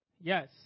Yes